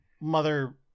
mother